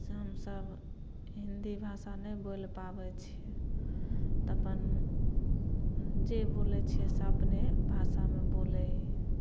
से हमसभ हिंदी भाषा नहि बोलि पाबै छियै तऽ अपन जे बोलै छियै से अपने भाषामे बोलै हियै